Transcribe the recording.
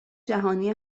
جهانی